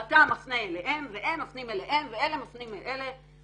שאתה מפנה אליהם והם מפנים אליהם ואלה מפנים אל אלה.